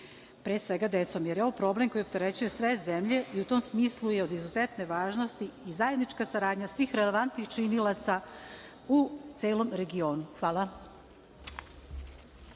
pre svega decom, jer je ovo problem koji opterećuje sve zemlje i u tom smislu je od izuzetne važnosti i zajednička saradnja svih relevantnih činilaca u celom regionu. Hvala.